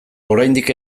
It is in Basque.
oraindik